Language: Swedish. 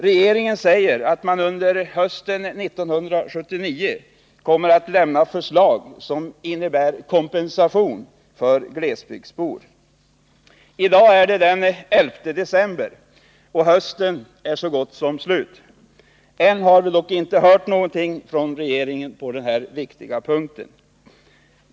Regeringen säger att man under hösten 1979 kommer att lämna förslag som innebär kompensation för glesbygdsbor. I dag är det den 11 december, och hösten är så gott som slut. Fortfarande har vi dock inte hört något från regeringen på den här viktiga punkten.